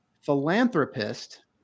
philanthropist